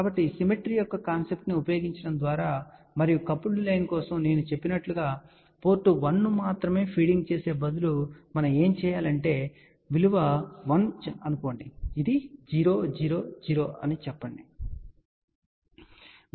కాబట్టి సిమెట్రీ యొక్క కాన్సెప్ట్ ను ఉపయోగించడం ద్వారా మరియు కపుల్డ్ లైన్ కోసం నేను చెప్పినట్లుగా పోర్ట్ 1 ను మాత్రమే ఫీడింగ్ చేసే బదులు మనం ఏమి చేయాలి అంటే విలువ 1 అని చెప్పండి ఇది 0 0 0 అని చెప్పండి